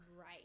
right